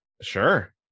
Sure